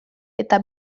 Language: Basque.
eta